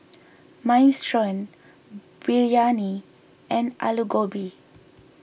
Minestrone Biryani and Alu Gobi